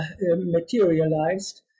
materialized